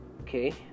okay